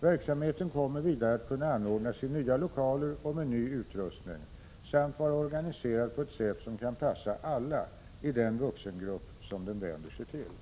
Verksamheten kommer vidare att kunna anordnas i nya lokaler och med ny utrustning samt vara organiserad på ett sätt som kan passa alla i den vuxengrupp som den vänder sig till.